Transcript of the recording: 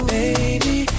baby